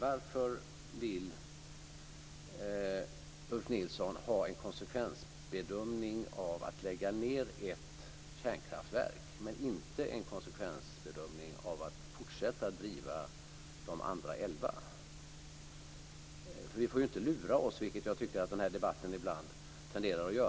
Varför vill Ulf Nilsson ha en konsekvensbedömning av att lägga ned ett kärnkraftverk men inte en konsekvensbedömning av att fortsätta driva de andra elva? Vi får inte lura oss själva, vilket jag tycker att vi i den här debatten tenderar att göra.